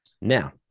Now